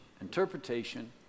interpretation